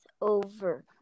over